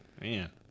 man